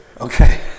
Okay